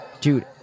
Dude